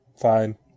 Fine